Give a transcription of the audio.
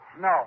No